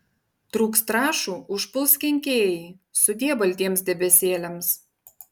trūks trąšų užpuls kenkėjai sudie baltiems debesėliams